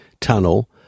tunnel